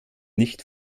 nicht